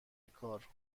کار